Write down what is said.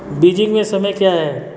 Beijing में समय क्या है